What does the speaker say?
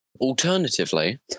Alternatively